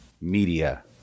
media